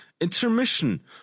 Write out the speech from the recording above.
intermission